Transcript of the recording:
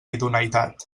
idoneïtat